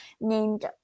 named